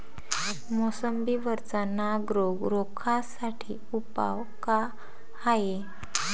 मोसंबी वरचा नाग रोग रोखा साठी उपाव का हाये?